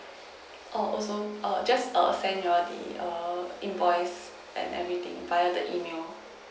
oh also err just err send you all the err invoice and everything via the email